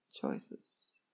choices